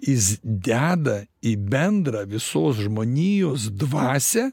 jis deda į bendrą visos žmonijos dvasią